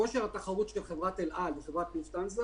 כושר התחרות של חברת אל על וחברת לופטהנזה